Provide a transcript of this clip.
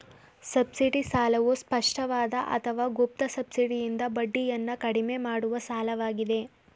subsidy ಸಾಲವು ಸ್ಪಷ್ಟವಾದ ಅಥವಾ ಗುಪ್ತ ಸಬ್ಸಿಡಿಯಿಂದ ಬಡ್ಡಿಯನ್ನ ಕಡಿಮೆ ಮಾಡುವ ಸಾಲವಾಗಿದೆ